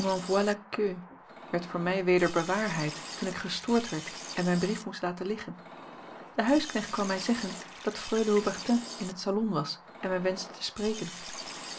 werd voor mij weder bewaarheid toen ik gestoord werd en mijn brief moest laten liggen de huisknecht kwam mij zeggen dat freule haubertin in het salon was en mij wenschte te spreken